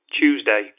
Tuesday